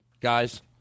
Guys